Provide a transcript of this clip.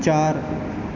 چار